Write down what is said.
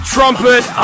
Trumpet